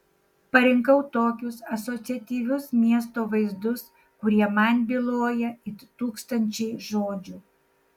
parinkau tokius asociatyvius miesto vaizdus kurie man byloja it tūkstančiai žodžių